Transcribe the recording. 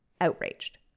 outraged